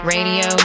Radio